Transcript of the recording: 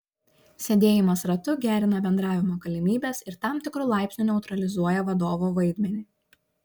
sėdėjimas ratu gerina bendravimo galimybes ir tam tikru laipsniu neutralizuoja vadovo vaidmenį